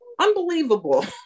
unbelievable